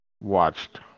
watched